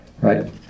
right